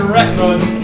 records